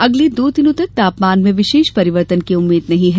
अगले दो दिनों तक तापमान में विशेष परिवर्तन की उम्मीद नहीं है